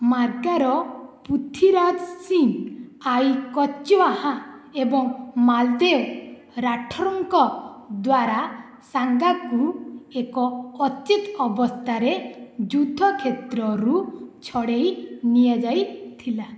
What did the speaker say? ମାର୍ଗାର ପୃଥ୍ୱୀରାଜ ସିଂ ଆଇ କଚିୱାହାଁ ଏବଂ ମାଲଦେବ୍ ରାଠୋରଙ୍କ ଦ୍ୱାରା ସାଙ୍ଗାକୁ ଏକ ଅଚେତ ଅବସ୍ଥାରେ ଯୁଦ୍ଧ କ୍ଷେତ୍ରରୁ ଛଡ଼ାଇ ନିଆଯାଇଥିଲା